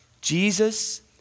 Jesus